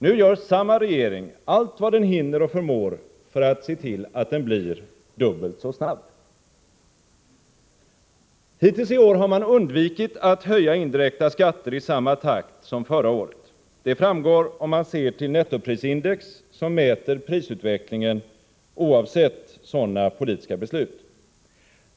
Nu gör samma regering allt vad den hinner och förmår för att se till att den blir dubbelt så hög. Hittills i år har man undvikit att höja indirekta skatter i samma takt som förra året. Det framgår av nettoprisindex, som mäter prisutvecklingen oavsett sådana politiska beslut.